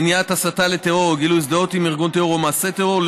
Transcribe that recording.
מניעת הסתה לטרור או גילוי הזדהות עם ארגון טרור או עם מעשה טרור,